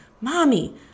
Mommy